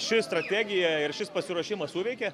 ši strategija ir šis pasiruošimas suveikė